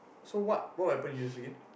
so what what weapon you use again